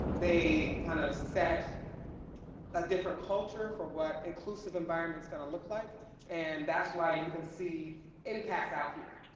they kind of set a different culture for what inclusive environment's gonna look like and that's why you can see impacts out here.